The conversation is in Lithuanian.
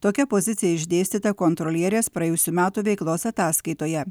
tokia pozicija išdėstyta kontrolierės praėjusių metų veiklos ataskaitoje